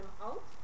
out